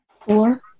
Four